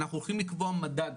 אנחנו הולכים לקבוע מדד,